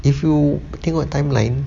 if you tengok timeline